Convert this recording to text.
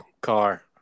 car